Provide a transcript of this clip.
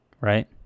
right